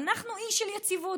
אנחנו בתהליכים קשים